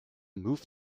moved